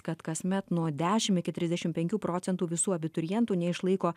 kad kasmet nuo dešim iki trisdešimt penkių procentų visų abiturientų neišlaiko